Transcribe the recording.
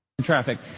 traffic